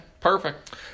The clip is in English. Perfect